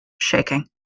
shaking